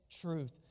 truth